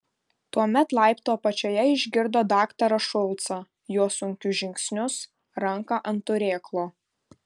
tuomet laiptų apačioje išgirdo daktarą šulcą jo sunkius žingsnius ranką ant turėklo